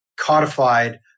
codified